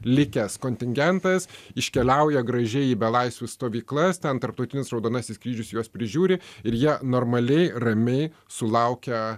likęs kontingentas iškeliauja gražiai į belaisvių stovyklas ten tarptautinis raudonasis kryžius juos prižiūri ir jie normaliai ramiai sulaukia